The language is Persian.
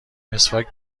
مسواک